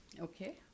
Okay